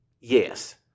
Yes